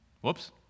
Whoops